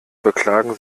beklagen